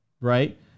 right